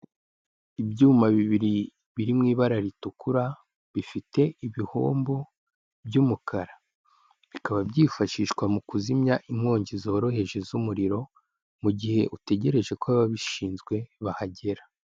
Ibyuma bibiri biri mu ibara ritukura, bifite ibihombo by'umukara, bikaba byifashishwa mu kuzimya inkongi zoroheje z'umuriro, mu gihe utegereje ko ababishinzwe bahagera.